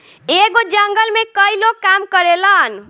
एगो जंगल में कई लोग काम करेलन